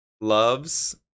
loves